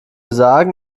sagen